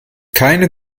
keine